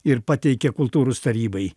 ir pateikia kultūros tarybai